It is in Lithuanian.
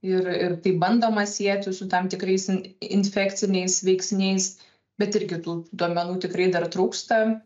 ir ir tai bandoma sieti su tam tikrais in infekciniais veiksniais bet ir kitų duomenų tikrai dar trūksta